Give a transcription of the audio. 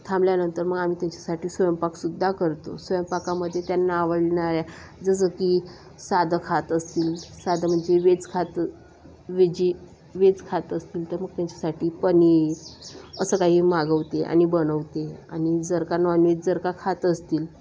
थांबल्यानंतर मग आम्ही त्यांच्यासाठी स्वयंपाकसुद्धा करतो स्वयंपाकामध्ये त्यांना आवडणाऱ्या जसं की साधं खात असतील साधं म्हणजे वेज खातं व्हेजी वेज खात असतील तर मग त्यांच्यासाठी पनीर असं काही मागवते आणि बनवते आणि जर का नॉनव्हेज जर का खात असतील